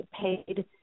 paid